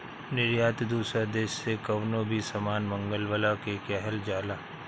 निर्यात दूसरा देस से कवनो भी सामान मंगवला के कहल जाला